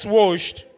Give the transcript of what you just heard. washed